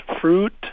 fruit